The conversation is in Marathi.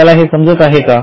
आपल्याला हे समजत आहे का